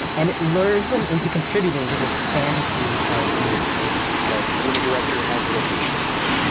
and it lures them into contributing to this fantasy of new york because when a director has a location in mind,